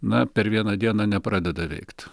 na per vieną dieną nepradeda veikt